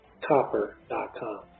copper.com